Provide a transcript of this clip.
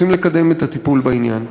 רוצים לקדם את הטיפול בעניין.